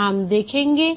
यहाँ हम देखेंगे